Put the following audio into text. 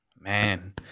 Man